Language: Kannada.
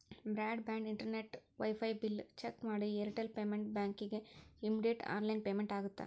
broad band internet wifi bill check ಮಾಡಿ ಏರ್ಟೆಲ್ ಪೇಮೆಂಟ್ ಬ್ಯಾಂಕಿಗಿ ಇಮ್ಮಿಡಿಯೇಟ್ ಆನ್ಲೈನ್ ಪೇಮೆಂಟ್ ಆಗತ್ತಾ